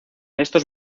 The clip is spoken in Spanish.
estos